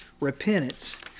repentance